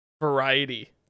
variety